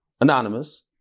anonymous